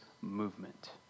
movement